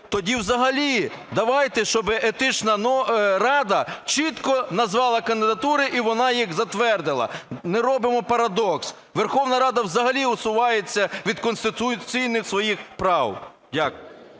Тоді взагалі давайте, щоби Етична рада чітко назвала кандидатури і вона їх затвердила. Не робімо парадокс, Верховна Рада взагалі усувається від конституційних своїх прав. Дякую.